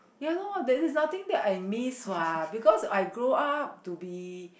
ya loh there is nothing that I miss what because I grow up to be